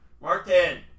Martin